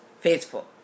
faithful